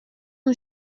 اون